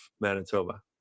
Manitoba